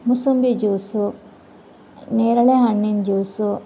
ಮೂಸಂಬಿ juice ನೇರಳೆ ಹಣ್ಣಿನ juice